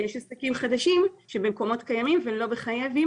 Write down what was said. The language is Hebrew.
יש עסקים חדשים שבמקומות קיימים לא חייבים